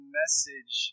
message